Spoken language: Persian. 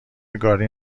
گاری